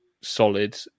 solid